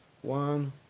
One